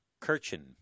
Kirchen